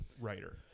writer